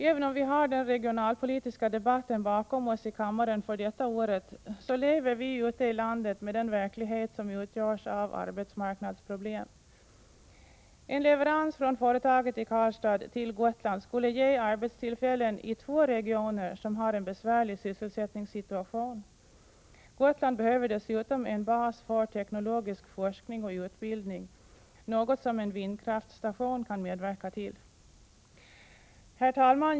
Även om vi har den regionalpolitiska debatten bakom oss i kammaren för detta året, lever vi ute i landet med den verklighet som utgörs av arbetsmarknadsproblem. En leverans från Boving KMW Turbin AB till Gotland skulle ge arbetstillfällen i två regioner som har en besvärlig sysselsättningssituation. Gotland behöver dessutom en bas för teknologisk forskning och utbildning, något som en vindkraftstation kan medverka till. Herr talman!